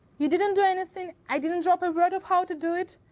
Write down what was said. you didn't do anything, i didn't drop a road of how to do it,